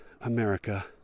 America